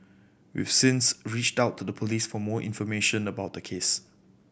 we've since reached out to the Police for more information about the case